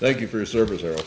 thank you for your service or